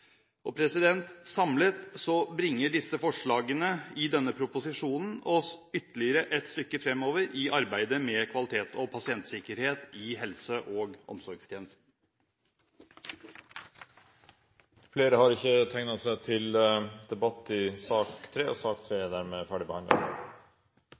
Samlet bringer forslagene i denne proposisjonen oss ytterligere et stykke fremover i arbeidet med kvalitet og pasientsikkerhet i helse- og omsorgstjenesten. Flere har ikke bedt om ordet til sak nr. 3. Etter ønske fra helse- og